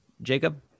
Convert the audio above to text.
Jacob